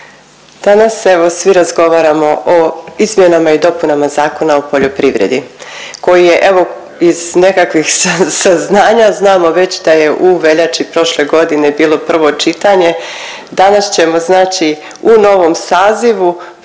danas evo svi razgovaramo o izmjenama i dopunama Zakona o poljoprivredi koji je evo iz nekakvih saznanja znamo već da je u veljači prošle godine bilo prvo čitanje, danas ćemo znači u novom sazivu pročitati